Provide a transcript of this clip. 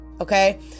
okay